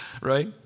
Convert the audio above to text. right